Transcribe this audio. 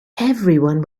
everyone